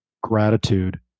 gratitude